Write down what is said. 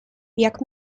jak